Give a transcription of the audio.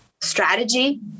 strategy